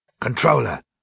Controller